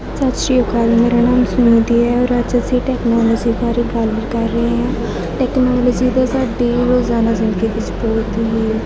ਸਤਿ ਸ਼੍ਰੀ ਅਕਾਲ ਮੇਰਾ ਨਾਮ ਸੁਨਿਧੀ ਹੈ ਔਰ ਅੱਜ ਅਸੀਂ ਟੈਕਨੋਲਜ਼ੀ ਬਾਰੇ ਗੱਲ ਕਰ ਰਹੇ ਹਾਂ ਟੈਕਨੋਲਜੀ ਦਾ ਸਾਡੀ ਰੋਜ਼ਾਨਾ ਜ਼ਿੰਦਗੀ 'ਚ ਬਹੁਤ ਹੀ